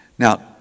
Now